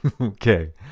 Okay